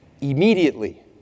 Immediately